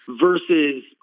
versus